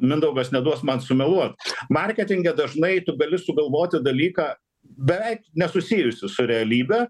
mindaugas neduos man sumeluot marketinge dažnai tu gali sugalvoti dalyką beveik nesusijusį su realybe